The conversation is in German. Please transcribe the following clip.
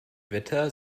wetter